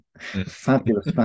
fabulous